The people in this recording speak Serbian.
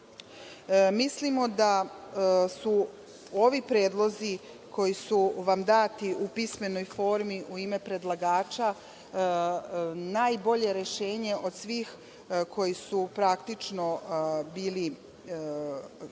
da su ovi predlozi koji su vam dati u pismenoj formi, u ime predlagača, najbolje rešenje od svih koji su praktično bili kandidati